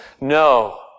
No